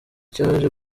cyaje